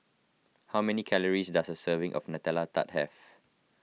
how many calories does a serving of Nutella Tart have